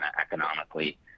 economically